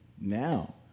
now